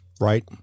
Right